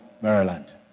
maryland